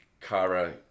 Kara